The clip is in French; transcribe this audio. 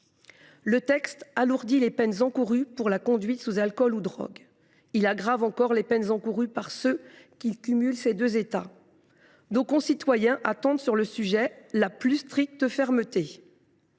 Le texte alourdit les peines encourues pour la conduite sous l’effet de l’alcool ou de drogues. Il aggrave encore les peines encourues par ceux qui cumulent ces deux états. Nos concitoyens attendent en la matière la plus stricte fermeté.